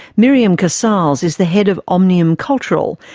miriam casals is the head of omnium cultural,